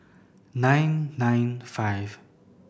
nine nine five